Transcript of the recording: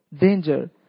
danger